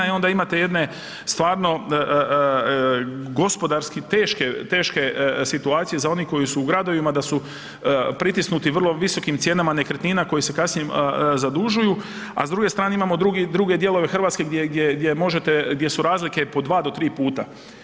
I onda imate jedne stvarno gospodarski teške situacije za one koji su u gradovima da su pritisnuti vrlo visokim cijenama nekretnina koji se kasnije zadužuju, a s druge strane imamo druge dijelove Hrvatske gdje su razlike po dva do tri puta.